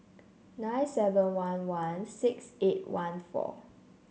nine seven one one six eight one four